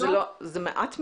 זה מעט מאוד,